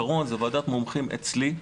שהפתרון זה ועדת מומחים אצלי.